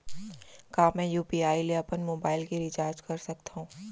का मैं यू.पी.आई ले अपन मोबाइल के रिचार्ज कर सकथव?